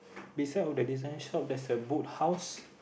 beside of the design shop there's a boot house